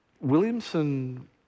Williamson